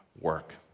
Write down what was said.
work